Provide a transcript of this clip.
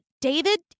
David